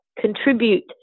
contribute